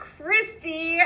Christy